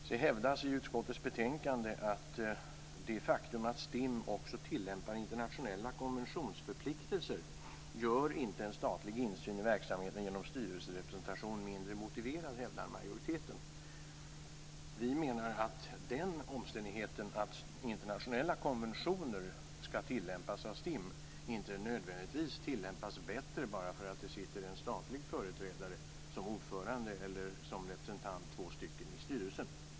Sedan hävdar utskottets majoritet i betänkandet att det faktum att STIM också tillämpar internationella konventionsförpliktelser inte gör en statlig insyn i verksamheten genom styrelserepresentation mindre motiverad. Vi menar att den omständigheten att internationella konventioner skall tillämpas av STIM inte nödvändigtvis betyder att dessa tillämpas bättre bara därför att det sitter en statlig företrädare som ordförande eller två stycken som representanter i styrelsen.